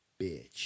bitch